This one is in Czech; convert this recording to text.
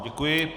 Děkuji.